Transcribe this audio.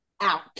out